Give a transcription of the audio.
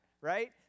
right